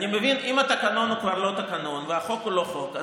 אם התקנון כבר לא תקנון והחוק הוא לא חוק,